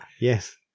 Yes